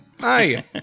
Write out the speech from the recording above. Hi